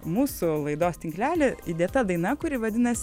mūsų laidos tinklelį įdėta daina kuri vadinas